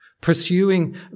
pursuing